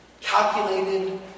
Calculated